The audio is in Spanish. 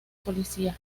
policía